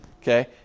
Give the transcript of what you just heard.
Okay